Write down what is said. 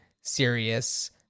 serious